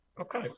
okay